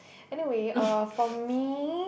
anyway uh for me